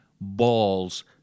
balls